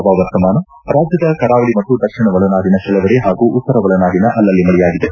ಹವಾವರ್ತಮಾನ ರಾಜ್ಞದ ಕರಾವಳಿ ಮತ್ತು ದಕ್ಷಿಣ ಒಳನಾಡಿನ ಕೆಲವೆಡೆ ಹಾಗೂ ಉತ್ತರ ಒಳನಾಡಿನ ಅಲ್ಲಲ್ಲಿ ಮಳೆಯಾಗಿದೆ